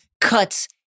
cuts